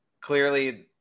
clearly